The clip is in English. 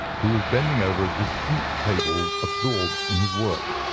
who was bending over a distant table absorbed in his work.